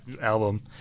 album